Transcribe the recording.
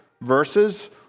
verses